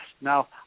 Now